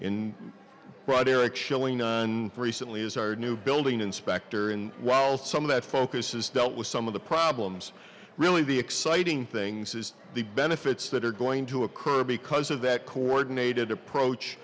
broad eric shilling and recently is our new building inspector and while some of that focus is dealt with some of the problems really the exciting things is the benefits that are going to occur because of that coordinated approach